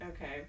Okay